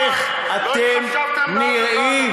איך אתם נראים,